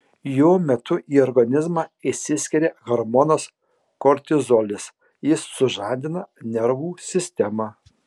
jo metu į organizmą išsiskiria hormonas kortizolis jis sužadina nervų sistemą